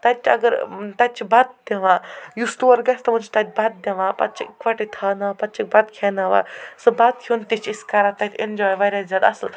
تَتہِ اَگر تَتہِ چھِ بَتہٕ دِوان یُس تور گژھِ تِمَن چھِ تَتہِ بَتہٕ دِوان پتہٕ چھِ یِکوَٹٕے تھانا پتہٕ چھِ بَتہٕ کھیناوان سُہ بَتہٕ کھیوٚن چھِ أسۍ کران تَتہِ اٮ۪نجاے واریاہ زیادٕ اَصٕل